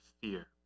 fear